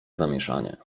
zamieszanie